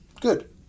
Good